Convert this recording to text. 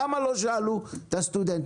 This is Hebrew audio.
למה לא שאלו את הסטודנט?